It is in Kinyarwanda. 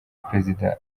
perezida